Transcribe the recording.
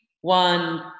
One